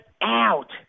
out